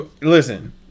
Listen